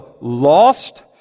lost